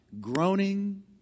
groaning